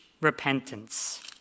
repentance